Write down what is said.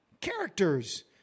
characters